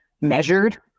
measured